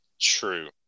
True